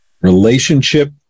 relationship